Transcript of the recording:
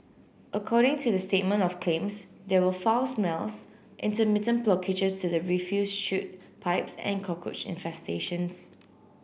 according to the statement of claims there were foul smells intermittent blockages to the refuse chute pipes and cockroach infestations